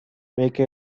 make